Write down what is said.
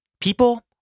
People